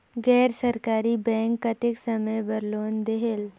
गैर सरकारी बैंक कतेक समय बर लोन देहेल?